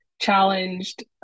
challenged